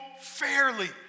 fairly